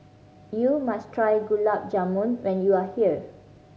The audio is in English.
you must try Gulab Jamun when you are here